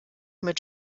mit